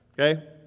Okay